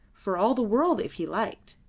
for all the world if he liked,